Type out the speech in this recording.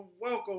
welcome